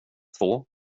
två